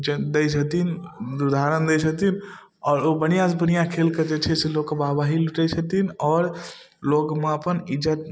दै छथिन उदाहरण दै छथिन आओर ओ बढ़िआँसँ बढ़िआँ खेलके जे छै से लोकके वाहवाही लुटै छथिन आओर लोकमे अपन इज्जति